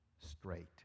straight